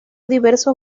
diversos